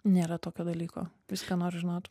nėra tokio dalyko viską noriu žinot